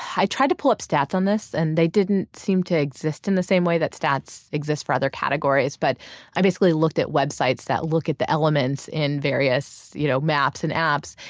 i tried to pull up stats on this and they didn't seem to exist in the same way that stats exist for other categories. but i basically looked at websites that look at the elements in various you know maps and apps.